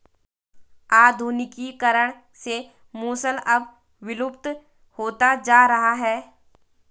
आधुनिकीकरण से मूसल अब विलुप्त होता जा रहा है